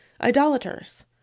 idolaters